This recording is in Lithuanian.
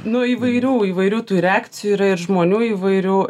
nuo įvairių įvairių tų reakcijų yra ir žmonių įvairių